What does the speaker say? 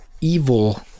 evil